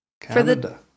Canada